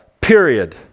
period